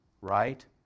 right